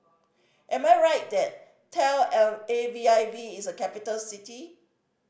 am I right that Tel L A V I V is a capital city